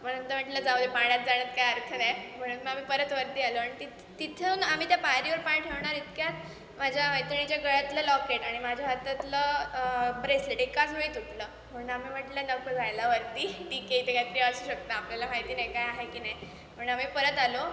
म्हणून तर म्हटलं जाऊ दे पाण्यात जाण्यात काय अर्थ नाही म्हणून मग आम्ही परत वरती आलो तिथून आणि तिथ तिथून आम्ही त्या पायरीवर पाय ठेवणार इतक्यात माझ्या मैत्रिणीच्या गळ्यातलं लॉकेट आणि माझ्या हातातलं ब्रेसलेट एकाच वेळी तुटलं म्हणून आम्ही म्हटलं नको जायला वरती ठीक आहे इथे काहीतरी असू शकतं आपल्याला माहिती नाही काय आहे की नाही म्हणून आम्ही परत आलो